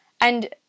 And-